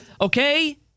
Okay